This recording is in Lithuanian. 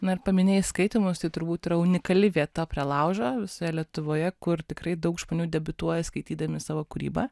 na ir paminėjai skaitymas tai turbūt yra unikali vieta prie laužo visoje lietuvoje kur tikrai daug žmonių debiutuoja skaitydami savo kūrybą